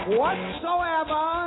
whatsoever